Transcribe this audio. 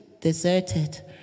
deserted